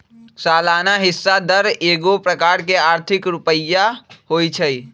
सलाना हिस्सा दर एगो प्रकार के आर्थिक रुपइया होइ छइ